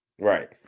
Right